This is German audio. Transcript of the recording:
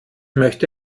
möchte